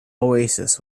oasis